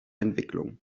entwicklungen